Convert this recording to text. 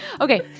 okay